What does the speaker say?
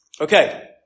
Okay